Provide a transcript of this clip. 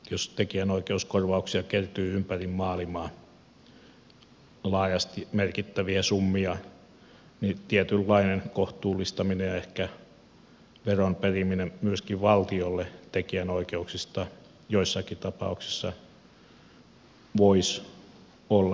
jos tekijänoikeuskorvauksia kertyy ympäri maailmaa laajasti merkittäviä summia niin tietynlainen kohtuullistaminen ja ehkä veron periminen myöskin valtiolle tekijänoikeuksista joissakin tapauksessa voisi olla nykyaikaa